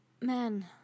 Man